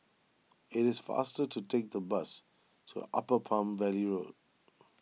it is faster to take the bus to Upper Palm Valley Road